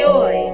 Joy